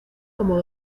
como